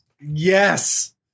Yes